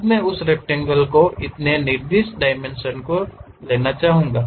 अब मैं उस रक्टैंगल के इतने निर्दिष्ट डायमेंशन को लेना चाहूंगा